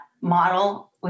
model